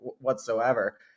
whatsoever